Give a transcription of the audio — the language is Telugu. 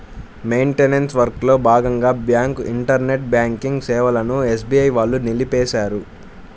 మెయింటనెన్స్ వర్క్లో భాగంగా బ్యాంకు ఇంటర్నెట్ బ్యాంకింగ్ సేవలను ఎస్బీఐ వాళ్ళు నిలిపేశారు